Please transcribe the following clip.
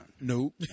Nope